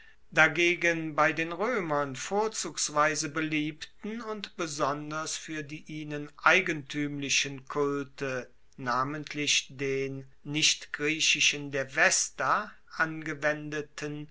dagegen bei den roemern vorzugsweise beliebten und besonders fuer die ihnen eigentuemlichen kulte namentlich den nicht griechischen der vesta angewendeten